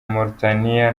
mauritania